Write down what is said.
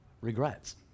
regrets